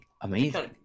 amazing